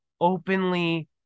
openly